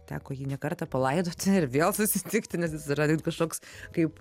teko jį ne kartą palaidoti ir vėl susitikti nes jis yra kažkoks kaip